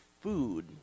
food